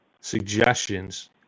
Suggestions